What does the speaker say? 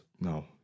No